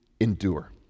endure